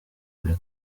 kure